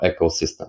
ecosystem